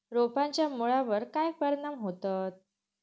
रोपांच्या मुळावर काय परिणाम होतत?